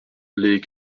les